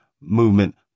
movement